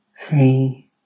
three